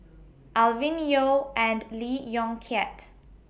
Alvin Yeo and Lee Yong Kiat